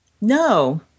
No